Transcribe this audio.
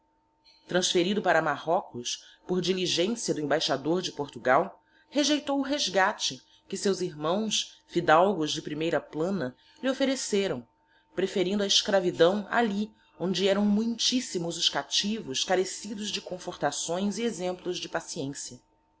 transferido para marrocos por diligencia do embaixador de portugal rejeitou o resgate que seus irmãos fidalgos de primeira plana lhe offereceram preferindo a escravidão alli onde eram muitissimos os captivos carecidos de confortações e exemplos de paciencia